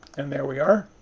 and there we are.